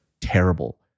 terrible